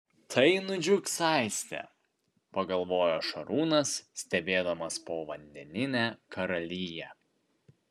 tai nudžiugs aistė pagalvojo šarūnas stebėdamas povandeninę karaliją